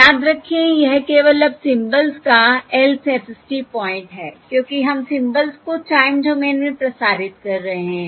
याद रखें यह केवल अब सिंबल्स का lth FFT पॉइंट है क्योंकि हम सिंबल्स को टाइम डोमेन में प्रसारित कर रहे हैं